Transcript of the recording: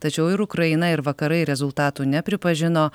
tačiau ir ukraina ir vakarai rezultatų nepripažino